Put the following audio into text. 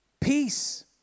peace